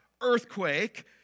earthquake